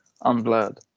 unblurred